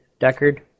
Deckard